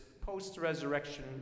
post-resurrection